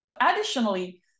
additionally